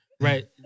right